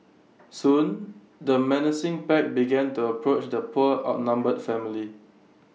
soon the menacing pack began to approach the poor outnumbered family